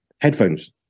headphones